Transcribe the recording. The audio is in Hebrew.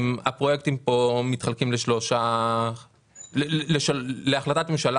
הפרויקטים כאן מתחלקים להחלטת ממשלה